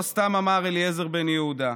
לא סתם אמר אליעזר בן-יהודה: